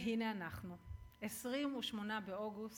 והנה אנחנו, 28 באוגוסט,